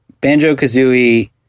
Banjo-Kazooie